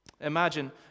Imagine